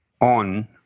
on